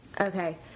Okay